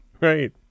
Right